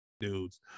dudes